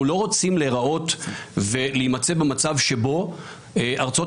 אנחנו לא רוצים להיראות ולהימצא במצב שבו ארצות